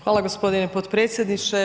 Hvala g. potpredsjedniče.